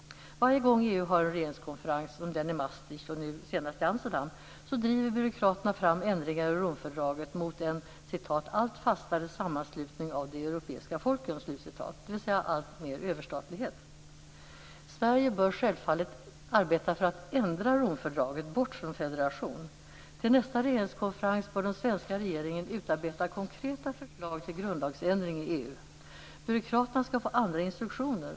Varje gång EU har en regeringskonferens, som den i Maastricht och nu senast i Amsterdam, driver byråkraterna fram ändringar i Romfördraget mot "en allt fastare sammanslutning av de europeiska folken" - dvs. mot alltmer överstatlighet. Sverige bör självfallet arbeta för att ändra Romfördraget bort från federation. Till nästa regeringskonferens bör den svenska regeringen utarbeta konkreta förslag till grundlagsändring i EU. Byråkraterna skall få andra instruktioner.